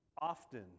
often